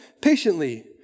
patiently